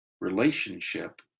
relationship